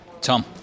Tom